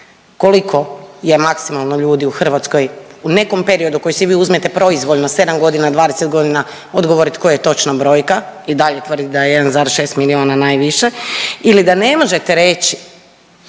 koliko je maksimalno ljudi u Hrvatskoj u nekom periodu koji si vi uzmete proizvoljno 7 godina, 20 godina odgovorit koja je točno brojka i dalje tvrdit da je 1,6 milijuna najviše ili da ne možete reći,